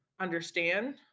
understand